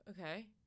okay